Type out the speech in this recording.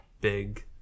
big